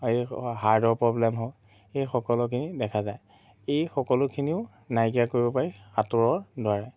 এই হাৰ্টৰ প্ৰব্লেম হওক এই সকলোখিনি দেখা যায় এই সকলোখিনিও নাইকিয়া কৰিব পাৰি সাঁতোৰৰ দ্বাৰা